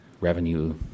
revenue